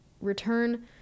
return